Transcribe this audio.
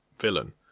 villain